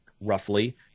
roughly